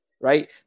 right